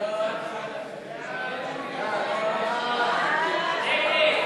כהצעת הוועדה,